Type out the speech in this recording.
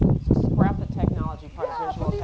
so scrap the technology part yeah,